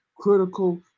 critical